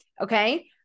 Okay